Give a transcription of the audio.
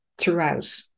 throughout